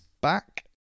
back